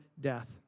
death